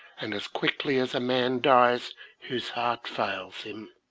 and as quickly as a man dies whose heart fails him,